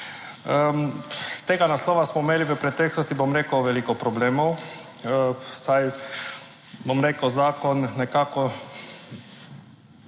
Iz tega naslova smo imeli v preteklosti, bom rekel, veliko problemov. Saj, bom rekel, zakon nekako